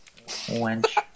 wench